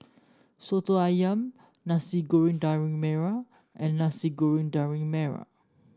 soto ayam Nasi Goreng Daging Merah and Nasi Goreng Daging Merah